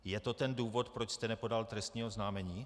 Je to ten důvod, proč jste nepodal trestní oznámení?